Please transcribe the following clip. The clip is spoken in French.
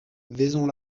vaison